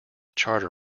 charter